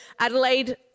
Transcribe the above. Adelaide